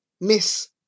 Miss